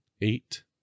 eight